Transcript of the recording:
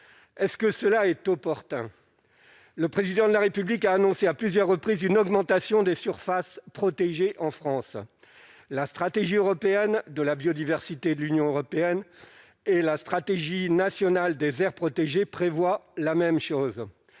est ce que cela est opportun, le président de la République a annoncé à plusieurs reprises, une augmentation des surfaces protégées en France la stratégie européenne de la biodiversité de l'Union européenne et la stratégie nationale des aires protégées prévoit la même chose